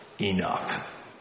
enough